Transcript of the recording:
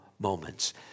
moments